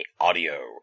Audio